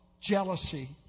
jealousy